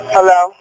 Hello